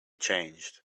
changed